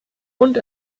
und